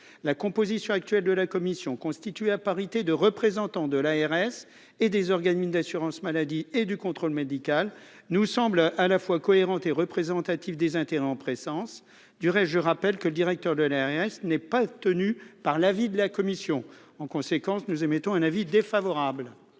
la composition actuelle de la commission constituée à parité de représentants de l'ARS et des organes mine d'assurance maladie et du contrôle médical nous semble à la fois cohérentes et représentatives des intérêts en présence, du reste, je rappelle que le directeur de l'aérien et ce n'est pas tenu par l'avis de la commission, en conséquence, nous émettons un avis défavorable.